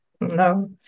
no